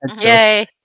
Yay